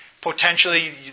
potentially